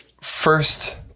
first